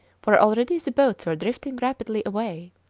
for already the boats were drifting rapidly away.